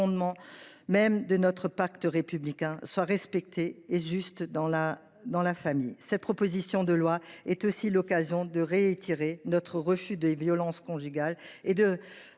même de notre pacte républicain, soient respectées, et ce jusque dans la famille. Cette proposition de loi est aussi l’occasion de réitérer notre refus des violences conjugales et de